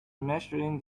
measuring